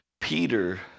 Peter